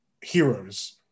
heroes